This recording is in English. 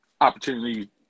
opportunity –